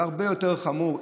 זה הרבה יותר חמור.